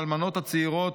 האלמנות הצעירות,